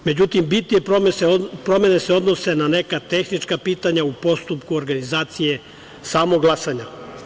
Međutim, bitnije promene se odnose na neka tehnička pitanja u postupku organizacije samog glasanja.